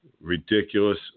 Ridiculous